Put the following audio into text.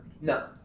No